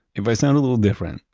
if i sound a little different,